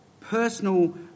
personal